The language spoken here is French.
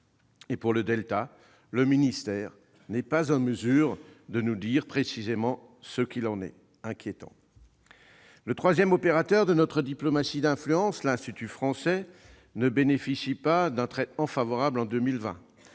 du delta, le ministère n'est pas en mesure de nous dire précisément ce qu'il en est ... C'est inquiétant ! Le troisième opérateur de notre diplomatie d'influence, l'Institut français, ne bénéficie pas d'un traitement favorable en 2020.